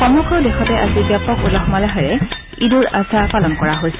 সমগ্ৰ দেশতে আজি ব্যাপক উলহ মালহেৰে ঈদ উল আজহা পালন কৰা হৈছে